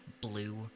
blue